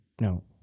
No